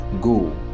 Go